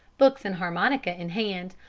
books and harmonica in hand,